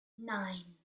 nine